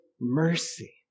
mercy